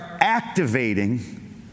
activating